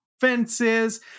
fences